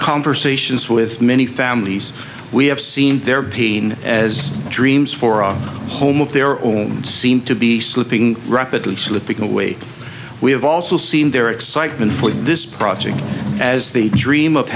conversations with many families we have seen their pain as dreams for a home of their own seem to be slipping rapidly slipping away we have also seen their excitement for this project as the dream of